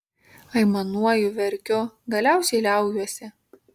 aimanuoju verkiu galiausiai liaujuosi